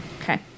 okay